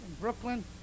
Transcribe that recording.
Brooklyn